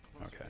Okay